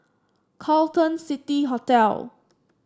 Carlton City Hotel